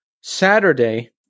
Saturday